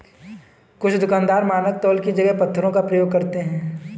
कुछ दुकानदार मानक तौल की जगह पत्थरों का प्रयोग करते हैं